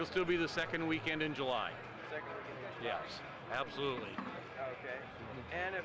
will still be the second weekend in july yeah absolutely and